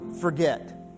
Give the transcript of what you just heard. forget